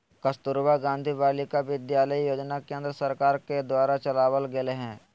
कस्तूरबा गांधी बालिका विद्यालय योजना केन्द्र सरकार के द्वारा चलावल गेलय हें